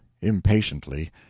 impatiently